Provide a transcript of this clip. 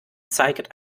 zeigt